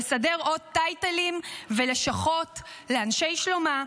לסדר עוד טייטלים ולשכות לאנשי שלומם,